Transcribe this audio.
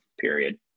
period